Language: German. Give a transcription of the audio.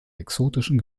exotischen